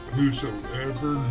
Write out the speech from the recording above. Whosoever